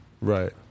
Right